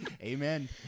Amen